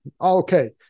Okay